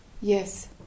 Yes